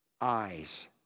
eyes